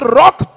rock